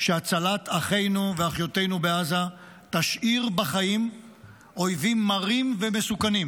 שהצלת אחינו ואחיותינו בעזה תשאיר בחיים אויבים מרים ומסוכנים.